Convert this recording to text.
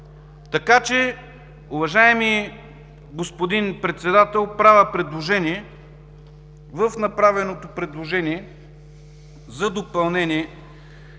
обжалване. Уважаеми господин Председател, правя предложение в направеното предложение за допълнение